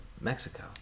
Mexico